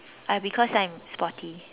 I because I'm sporty